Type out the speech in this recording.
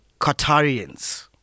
Qatarians